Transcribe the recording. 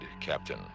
Captain